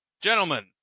Gentlemen